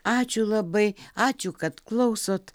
ačiū labai ačiū kad klausot